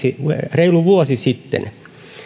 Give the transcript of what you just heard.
reilu vuosi sitten